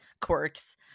quirks